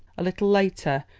a little later,